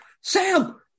Sam